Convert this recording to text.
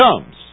comes